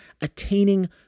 attaining